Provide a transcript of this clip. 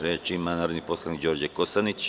Reč ima narodni poslanik Đorđe Kosanić.